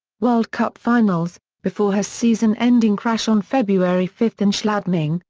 world cup finals before her season ending crash on february five in schladming,